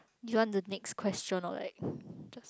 you want to next question or like